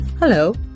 Hello